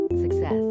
success